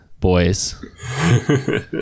boys